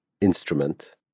instrument